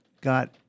got